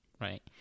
right